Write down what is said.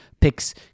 picks